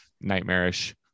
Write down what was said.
nightmarish